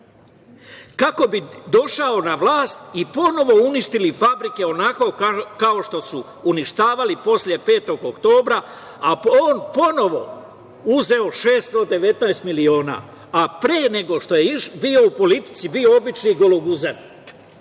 kako bi došao na vlast i ponovo uništili fabrike onako kao što su uništavali posle 5. oktobra, a on ponovo uzeo 619 miliona, a pre nego što je bio u politici bio je obični "gologuzan".